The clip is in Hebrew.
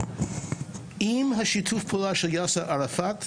עם השיתוף פעולה של יאסר ערפאת,